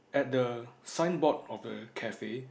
at the signboard of the cafe